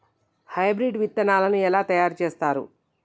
Hybrid విత్తనాలను ఎలా తయారు చేస్తారు?